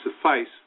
suffice